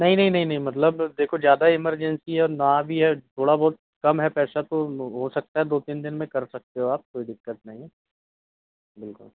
नहीं नहीं नहीं नहीं मतलब देखो ज़्यादा एमरजेंसी है और ना भी है थोड़ा बहुत कम है पैसा तो हो सकता है दो तीन दिन में कर सकते हो आप कोई दिक्कत नहीं है बिल्कुल